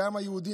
כעם היהודי,